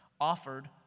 offered